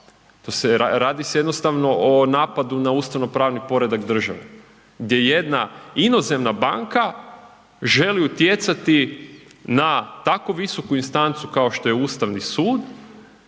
radi se jednostavno o napadu na ustavno-pravni poredak države gdje jedna inozemna banka želi utjecati na tako visoku instancu kao što je Ustavni sud